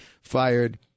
fired